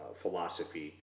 philosophy